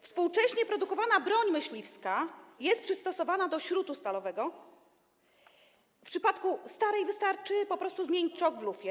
Współcześnie produkowana broń myśliwska jest przystosowana do śrutu stalowego, w przypadku starej wystarczy po prostu zmienić czok w lufie.